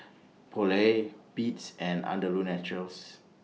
Poulet Beats and Andalou Naturals